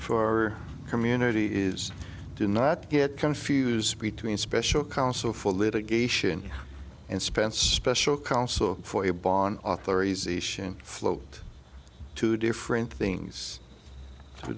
our community is do not get confused between special counsel for litigation and spend special counsel for a bond authorization float two different things to